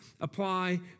apply